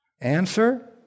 Answer